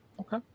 Okay